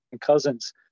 cousins